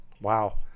Wow